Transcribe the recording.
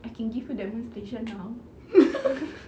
I can give you demonstration now